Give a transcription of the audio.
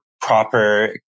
proper